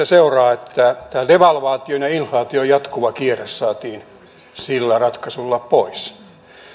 seuraa että devalvaation ja inflaation jatkuva kierre saatiin sillä ratkaisulla pois